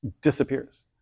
disappears